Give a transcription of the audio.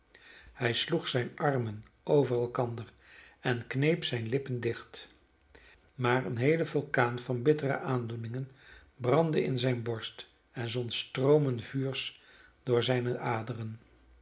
hij sloeg zijne armen over elkander en kneep zijne lippen dicht maar eene geheele vulkaan van bittere aandoeningen brandde in zijne borst en zond stroomen vuurs door zijne aderen